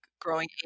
growing